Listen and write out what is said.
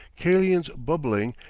kalians bubbling,